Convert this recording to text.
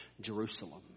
Jerusalem